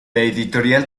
editorial